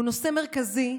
היא נושא מרכזי,